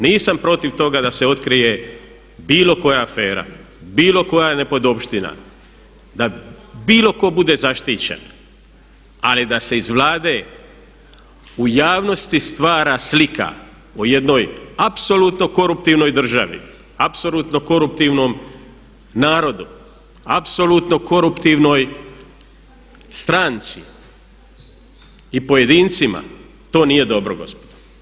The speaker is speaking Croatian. Nisam protiv toga da se otkrije bilo koja afera, bilo koja nepodopština da bilo tko bude zaštićen ali da se iz Vlade u javnosti stvara slika o jednoj apsolutno koruptivnoj državi, apsolutno koruptivnom narodu, apsolutno koruptivnoj stranci i pojedincima, to nije dobro gospodo.